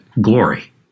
glory